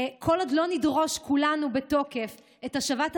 כל עוד לא נדרוש כולנו בתוקף את השבת הבנים,